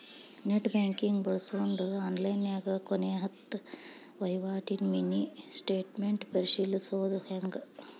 net banking ಬಳ್ಸ್ಕೊಂಡ್ ಆನ್ಲೈನ್ಯಾಗ ಕೊನೆ ಹತ್ತ ವಹಿವಾಟಿನ ಮಿನಿ ಸ್ಟೇಟ್ಮೆಂಟ್ ಪರಿಶೇಲಿಸೊದ್ ಹೆಂಗ